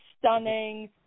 stunning